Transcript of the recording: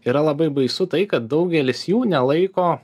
yra labai baisu tai kad daugelis jų nelaiko